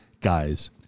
guys